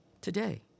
today